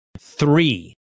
three